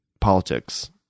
politics